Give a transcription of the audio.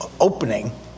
opening